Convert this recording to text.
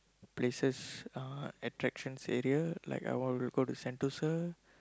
places uh attractions area like a while we go to Sentosa